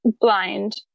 blind